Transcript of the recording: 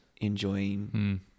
enjoying